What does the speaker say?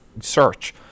search